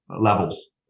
levels